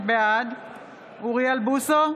בעד אוריאל בוסו,